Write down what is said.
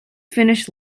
finished